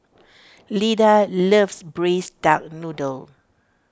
Lyda loves Braised Duck Noodle